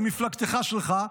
ממפלגתך שלך,